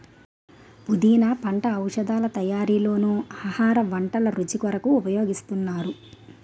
పుదీనా పంట ఔషధాల తయారీలోనూ ఆహార వంటల రుచి కొరకు ఉపయోగిస్తున్నారు